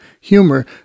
humor